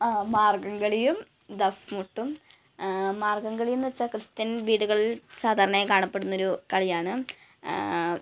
മാർഗംകളിയും ദഫ്മുട്ടും മാർഗം കളി എന്ന് വച്ചാൽ ക്രിസ്റ്റ്യൻ വീടുകളിൽ സാധാരണയായി കാണപ്പെടുന്ന ഒരു കളിയാണ്